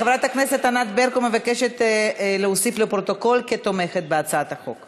חברת הכנסת ענת ברקו מבקשת להוסיף אותה לפרוטוקול כתומכת בהצעת החוק.